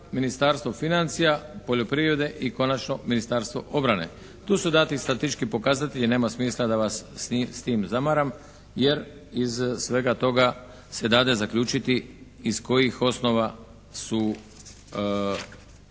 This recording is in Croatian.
Ministarstvo financija, poljoprivrede i konačno Ministarstvo obrane. Tu su dati statistički pokazatelji, nema smisla da vas s tim zamaram jer iz svega toga se dade zaključiti iz kojih osnova su,